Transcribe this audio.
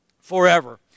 forever